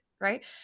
right